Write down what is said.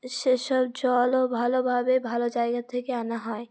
সেসব জলও ভালোভাবে ভালো জায়গা থেকে আনা হয়